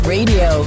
Radio